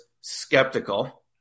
skeptical